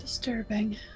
Disturbing